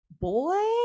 Boy